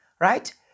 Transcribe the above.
right